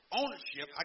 ownership